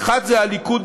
האחת היא הליכוד,